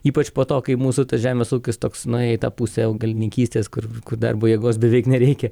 ypač po to kai mūsų tas žemės ūkis toks nueita pusė augalininkystės kur darbo jėgos beveik nereikia